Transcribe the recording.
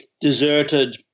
deserted